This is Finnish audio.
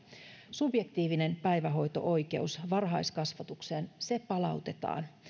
subjektiivinen päivähoito oikeus varhaiskasvatukseen palautetaan